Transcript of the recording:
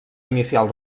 inicial